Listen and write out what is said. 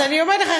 אז אני אומרת לך,